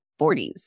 40s